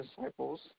disciples